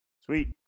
Sweet